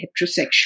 heterosexual